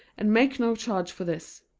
and make no charge for this.